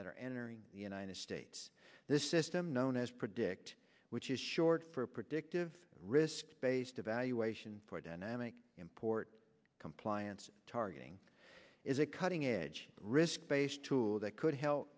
that are entering the united states this system known as predict which is short for predictive risk based evaluation for dynamic import compliance targeting is a cutting edge risk based tool that could help